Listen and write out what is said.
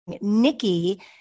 Nikki